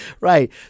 right